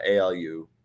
ALU